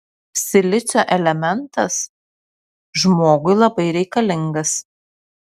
silicio elementas žmogui labai reikalingas